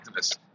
activists